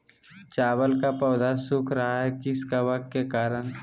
चावल का पौधा सुख रहा है किस कबक के करण?